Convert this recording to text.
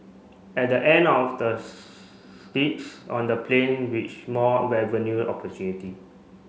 on the plane which more revenue opportunities